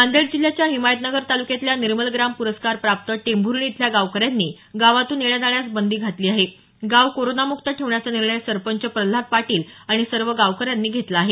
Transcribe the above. नांदेड जिल्ह्याच्या हिमायतनगर तालुक्यातल्या निर्मल ग्राम पुरस्कार प्राप्त टेंभूर्णी इथल्या गावकऱ्यांनी गावातून येण्याजाण्यास बंदी घातली आहे गाव करोना मुक्त ठेवण्याचा निर्णय सरपंच प्रल्हाद पाटील आणि सर्व गावकऱ्यांनी घेतला आहे